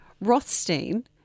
Rothstein